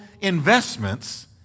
investments